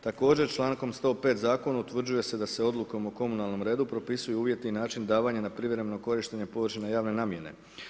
Također čl.105. zakonom utvrđuje se da odlukom o komunalnom redu, propisuju uvjeti i način davanja na privremeno korištenje površina javne namjene.